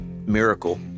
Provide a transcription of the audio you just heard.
miracle